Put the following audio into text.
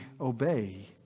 obey